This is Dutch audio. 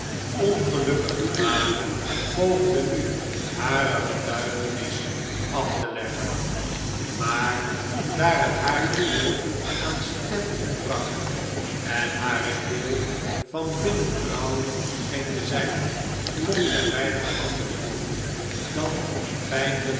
ongelukkige dame poogde nu hare getuigenis af te leggen maar daar het haar geheel aan stem ontbrak en hare keel van binnen rauw scheen te zijn kon zij weinig anders doen dan